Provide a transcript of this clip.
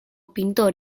pintor